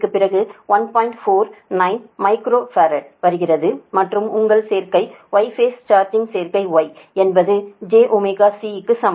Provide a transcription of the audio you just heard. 49 micro ஃபாரட்க்கு வருகிறது மற்றும் உங்கள் சேர்க்கை Y பேஸ் சார்ஜிங்சேர்க்கைY என்பதுக்கு jωC சமம்